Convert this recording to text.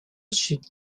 chute